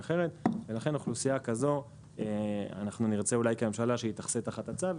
ולכן הממשלה תרצה אולי שהאוכלוסייה הזאת תחסה תחת הצו,